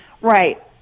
Right